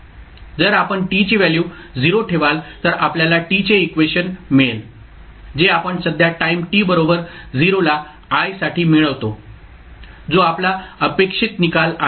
जर आपण t ची व्हॅल्यू 0 ठेवाल तर आपल्याला t चे इक्वेशन मिळेल जे आपण सध्या टाईम t बरोबर 0 ला i साठी मिळवतो जो आपला अपेक्षित निकाल आहे